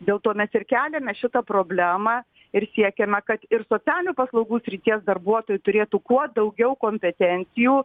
dėl to mes ir keliame šitą problemą ir siekiame kad ir socialinių paslaugų srities darbuotojai turėtų kuo daugiau kompetencijų